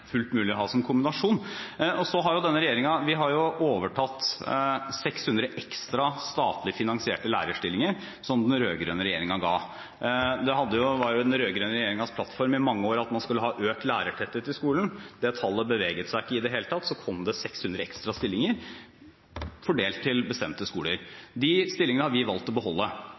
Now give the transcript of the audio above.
fullt mulig å ha den kombinasjonen. Denne regjeringen har overtatt 600 ekstra, statlig finansierte lærerstillinger som den rød-grønne regjeringen ga. Det var den rød-grønne regjeringens plattform i mange år at man skulle ha økt lærertetthet i skolen. Det tallet beveget seg ikke i det hele tatt. Så kom det 600 ekstra stillinger, fordelt til bestemte skoler. De stillingene har vi valgt å beholde.